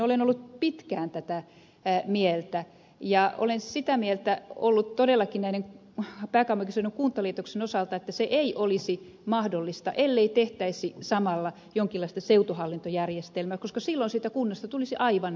olen ollut pitkään tätä mieltä ja olen sitä mieltä ollut todellakin pääkaupunkiseudun kuntaliitoksen osalta että se ei olisi mahdollista ellei tehtäisi samalla jonkinlaista seutuhallintojärjestelmää koska silloin siitä kunnasta tulisi aivan liian suuri